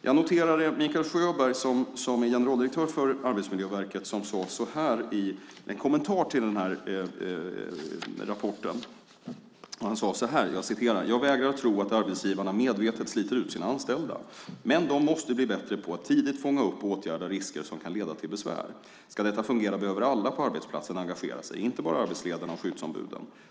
Jag noterade att Mikael Sjöberg, som är generaldirektör för Arbetsmiljöverket, sade så här i en kommentar till den här rapporten: Jag vägrar att tro att arbetsgivarna medvetet sliter ut sina anställda, men de måste bli bättre på att tidigt fånga upp och åtgärda risker som kan leda till besvär. Ska detta fungera behöver alla på arbetsplatsen engagera sig, inte bara arbetsledarna och skyddsombuden.